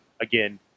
Again